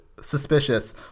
suspicious